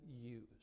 use